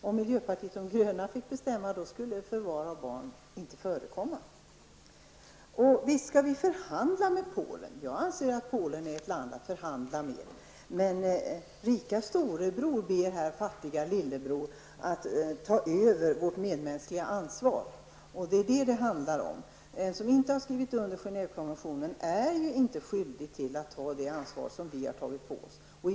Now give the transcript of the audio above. Om miljöpartiet de gröna fick bestämma, skulle förvar av barn inte förekomma. Visst skall vi förhandla med Polen. Jag anser att Polen är ett land att förhandla med. Rika storebror ber fattiga lillebror att ta över vårt medmänskliga ansvar. Den stat som inte har skrivit under Genèvekonventionen är inte skyldig att ta det ansvar som vi har tagit på oss.